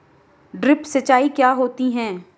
Drip सिंचाई क्या होती हैं?